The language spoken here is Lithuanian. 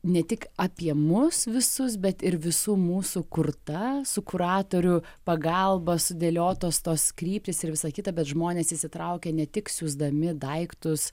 ne tik apie mus visus bet ir visų mūsų kurta su kuratorių pagalba sudėliotos tos kryptys ir visa kita bet žmonės įsitraukia ne tik siųsdami daiktus